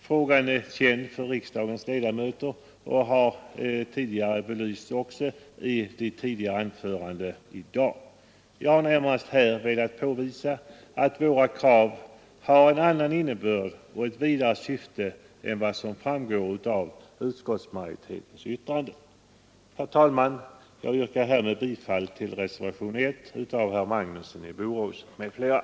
Frågan är känd för riksdagens ledamöter och har belysts även i tidigare anföranden i dag. Jag har närmast velat påvisa att våra krav har en annan innebörd och ett vidare syfte än vad som framgår av utskottsmajoritetens yttrande. Herr talman! Jag yrkar härmed bifall till reservationen 1 av herr Magnusson i Borås m.fl.